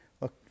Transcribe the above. look